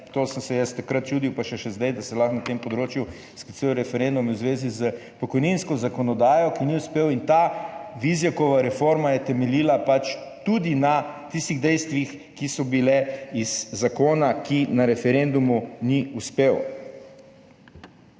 to sem se jaz takrat čudil pa še še zdaj, da se lahko na tem področju sklicujejo referendumi v zvezi s pokojninsko zakonodajo, ki ni uspel. In ta Vizjakova reforma je temeljila pač tudi na tistih dejstvih, ki so bile iz zakona, ki na referendumu ni uspel.